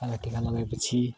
कालो टिका लगाएपछि